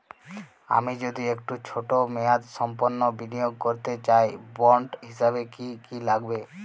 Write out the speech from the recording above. আমি যদি একটু ছোট মেয়াদসম্পন্ন বিনিয়োগ করতে চাই বন্ড হিসেবে কী কী লাগবে?